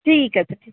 ঠিক আছে